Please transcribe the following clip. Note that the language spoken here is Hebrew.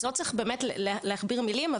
אז לא צריך באמת להכביר מילים,